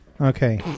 Okay